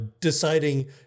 deciding